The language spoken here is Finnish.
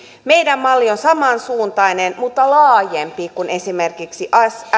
meidän mallimme on samansuuntainen mutta laajempi kuin esimerkiksi